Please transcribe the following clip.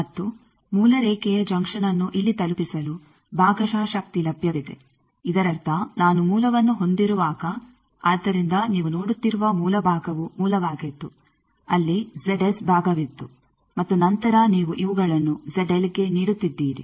ಮತ್ತು ಮೂಲ ರೇಖೆಯ ಜಂಕ್ಷನ್ಅನ್ನು ಇಲ್ಲಿ ತಲುಪಿಸಲು ಭಾಗಶಃ ಶಕ್ತಿ ಲಭ್ಯವಿದೆ ಇದರರ್ಥ ನಾನು ಮೂಲವನ್ನು ಹೊಂದಿರುವಾಗ ಆದ್ದರಿಂದ ನೀವು ನೋಡುತ್ತಿರುವ ಮೂಲ ಭಾಗವು ಮೂಲವಾಗಿತ್ತು ಅಲ್ಲಿ ಭಾಗವಿತ್ತು ಮತ್ತು ನಂತರ ನೀವು ಇವುಗಳನ್ನು ಗೆ ನೀಡುತ್ತಿದ್ದೀರಿ